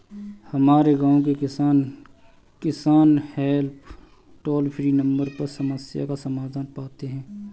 हमारे गांव के किसान, किसान हेल्प टोल फ्री नंबर पर समस्या का समाधान पाते हैं